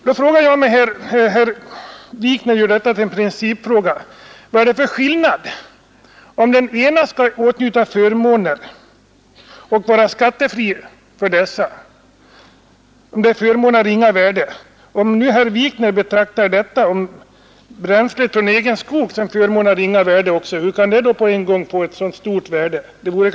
När herr Wikner gör detta till en principfråga frågar jag: Vad är det för skillnad, om den ena åtnjuter sådana här förmåner av ringa värde och är skattefri för dessa, och den andra åtnjuter skattefrihet för bränsle från egen skog? Hur kan detta med bränslet på en gång få så stort värde, herr Wikner?